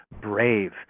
brave